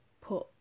put